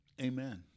Amen